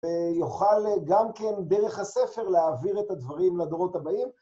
יוכל גם כן דרך הספר להעביר את הדברים לדורות הבאים.